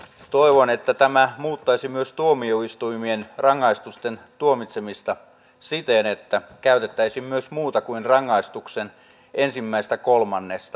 toivon että tämä muuttaisi myös tuomioistuimien rangaistusten tuomitsemista siten että käytettäisiin myös muuta kuin rangaistuksen ensimmäistä kolmannesta